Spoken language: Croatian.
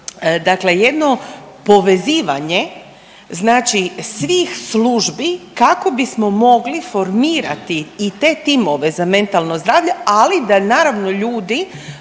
dakle jedno povezivanje znači svih službi kako bismo mogli formirati i te timove za mentalno zdravlje, ali da naravno ljudi